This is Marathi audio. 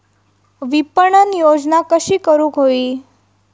विपणन योजना कशी करुक होई?